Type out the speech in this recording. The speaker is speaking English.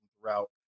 throughout